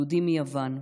יהודים מיוון,